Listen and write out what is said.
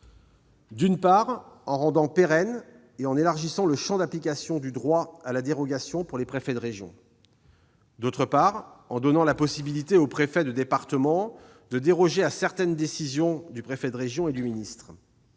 d'abord, en rendant pérenne et en élargissant le champ d'application du droit à la dérogation pour les préfets de région ; ensuite, en donnant la possibilité au préfet de département de déroger à certaines décisions du préfet de région et du ministre